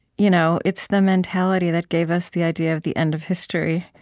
you know it's the mentality that gave us the idea of the end of history,